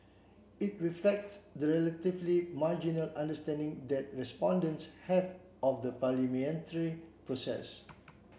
it reflects the relatively marginal understanding that respondents have of the parliamentary process